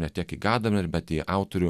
ne tiek į gadamerį bet į autorių